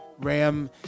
ram